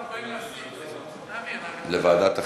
לוועדת החינוך,